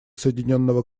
соединенного